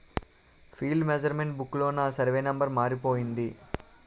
field measurement book లోన survey number మారిపోయింది